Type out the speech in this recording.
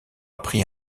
pris